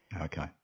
Okay